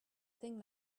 thing